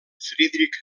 friedrich